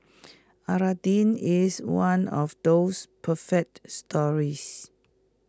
Aladdin is one of those perfect stories